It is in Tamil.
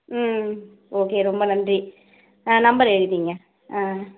ம் ஓகே ரொம்ப நன்றி ஆ நம்பர் எழுதிக்கோங்க ஆ